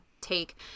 take